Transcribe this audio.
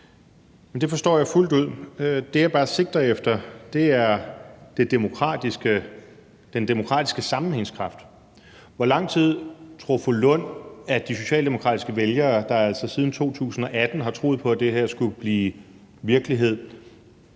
Det forstår jeg fuldt ud. Det, jeg bare sigter efter, er den demokratiske sammenhængskraft. Hvor lang tid tror fru Rosa Lund at de socialdemokratiske vælgere, der altså siden 2018 har troet på, at det her skulle blive virkelighed,